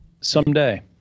someday